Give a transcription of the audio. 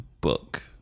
book